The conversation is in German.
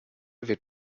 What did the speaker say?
wird